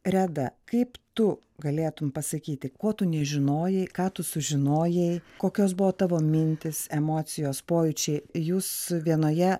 reda kaip tu galėtum pasakyti ko tu nežinojai ką tu sužinojai kokios buvo tavo mintys emocijos pojūčiai jūs vienoje